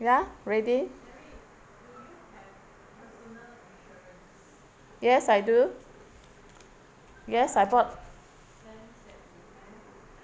ya ready yes I do yes I bought